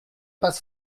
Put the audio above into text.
pas